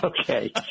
okay